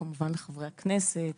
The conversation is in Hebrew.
לחברי הכנסת,